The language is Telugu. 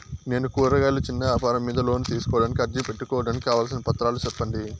నేను కూరగాయలు చిన్న వ్యాపారం మీద లోను తీసుకోడానికి అర్జీ పెట్టుకోవడానికి కావాల్సిన పత్రాలు సెప్పండి?